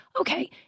okay